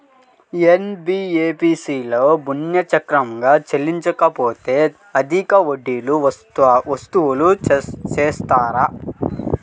NBFC లలో ఋణం సక్రమంగా చెల్లించలేకపోతె అధిక వడ్డీలు వసూలు చేస్తారా?